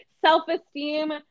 self-esteem